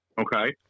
Okay